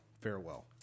Farewell